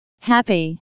Happy